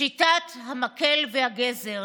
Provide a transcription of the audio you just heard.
שיטת המקל והגזר.